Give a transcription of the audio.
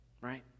right